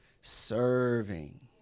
serving